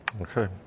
Okay